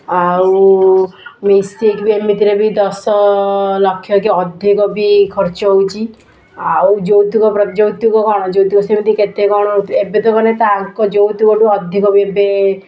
ଆଉ ମିଶିକି ବି ଏମିତିରେ ବି ଦଶ ଲକ୍ଷ କି ଅଧିକ ବି ଖର୍ଚ୍ଚ ହେଉଛି ଆଉ ଯୌତୁକ ପ୍ର ଯୌତୁକ କଣ ଯୌତୁକ ସେମିତି କେତେ କଣ ଏବେ ତ ମାନେ ତାଙ୍କ ଯୌତୁକଠୁ ଅଧିକ ବି ଏବେ